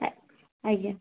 ଆଜ୍ଞା